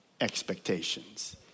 expectations